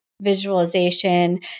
visualization